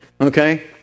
Okay